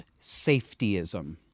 safetyism